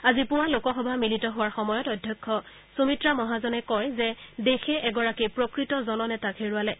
আজি পুৱা লোকসভা মিলিত হোৱাৰ সময়ত অধ্যক্ষ সূমিত্ৰা মহাজনে কয় যে দেশে এগৰাকী প্ৰকৃত জননেতাক হেৰুৱালে